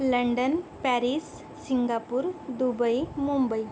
London Paris Singapore Dubai Mumbai